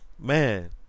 man